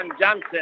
Johnson